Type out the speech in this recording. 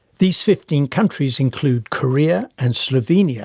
these fifteen countries include korea and slovenia